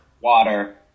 Water